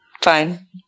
fine